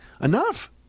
Enough